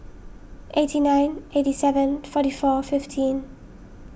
eighty nine eighty seven forty four fifteen